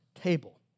table